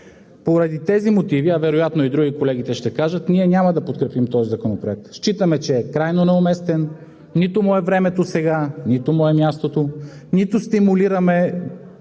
Поради тези мотиви, а вероятно и други – колегите ще кажат, ние няма да подкрепим този законопроект. Считаме, че е крайно неуместен, нито му е времето сега, нито му е мястото, нито стимулираме